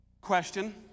question